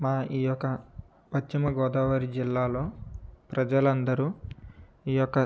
మా ఈ యొక్క పశ్చిమ గోదావరి జిల్లాలో ప్రజలందరూ ఈ యొక్క